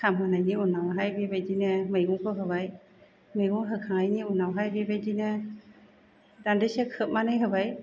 खामहोनायनि उनावहाय बेबायदिनो मैगंखौ होबाय मैगं होखांनायनि उनावहाय बेबायदिनो दान्दिसे खोबनानै होबाय